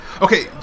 Okay